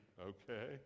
okay